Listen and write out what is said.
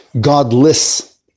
godless